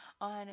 on